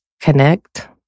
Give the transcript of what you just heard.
connect